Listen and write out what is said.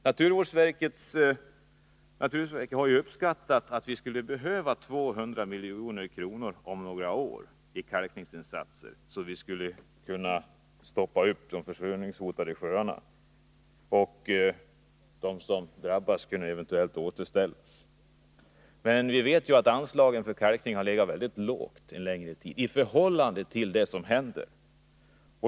Naturvårdsverket har ju uppskattat att vi om några år skulle behöva 200 milj.kr. för kalkning, om vi skall kunna stoppa försurningen i de hotade sjöarna och eventuellt återställa de drabbade sjöarna. Vi vet ju att anslagen för kalkning länge har varit mycket låga med tanke på vad som händer.